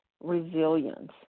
resilience